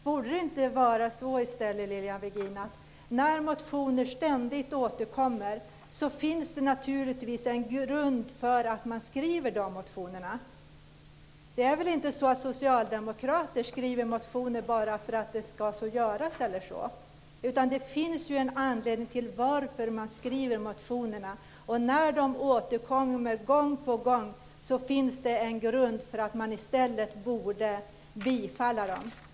Borde det inte vara så, Lilian Virgin, att när motioner ständigt återkommer finns det en grund för att motionerna väcks? Socialdemokrater väcker väl inte motioner bara för att så ska göras? Det finns en anledning till varför motioner väcks. När de återkommer gång på gång finns det i stället en grund för att bifalla dem.